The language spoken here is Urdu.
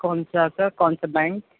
کون سا سر کون سا بینک